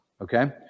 Okay